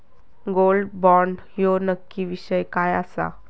Gold bond ह्यो नक्की विषय काय आसा?